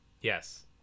Yes